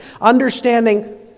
understanding